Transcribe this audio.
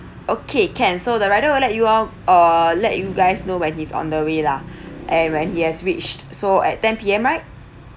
okay can so the rider will let you all err let you guys know when he's on the way lah and when he has reached so at ten P_M right